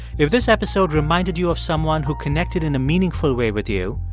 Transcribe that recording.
if this episode reminded you of someone who connected in a meaningful way with you,